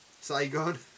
Saigon